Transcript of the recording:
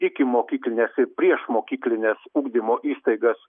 ikimokyklinės ir priešmokyklinės ugdymo įstaigas